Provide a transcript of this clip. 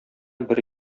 бер